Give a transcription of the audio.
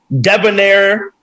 debonair